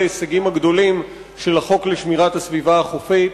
וזהו אחד ההישגים הגדולים של החוק לשמירת הסביבה החופית.